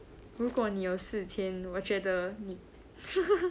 如果你有四千我觉得你